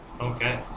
Okay